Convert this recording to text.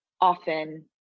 often